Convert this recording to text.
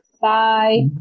bye